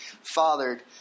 fathered